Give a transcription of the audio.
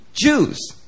jews